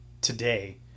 today